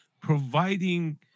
providing